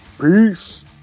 Peace